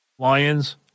Lions